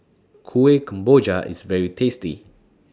Kueh Kemboja IS very tasty